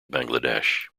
bangladesh